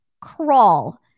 Crawl